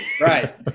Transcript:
Right